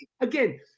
Again